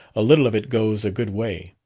a little of it goes a good way.